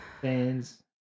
fans